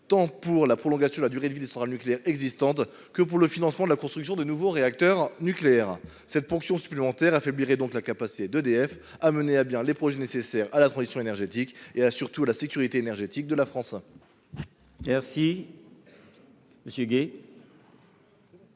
tant pour la prolongation de la durée de vie des centrales nucléaires existantes que pour le financement de la construction de nouveaux réacteurs. Cette ponction supplémentaire affaiblirait donc la capacité d’EDF à mener à bien les projets nécessaires à la transition énergétique et à la sécurité énergétique de la France.